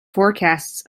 forecasts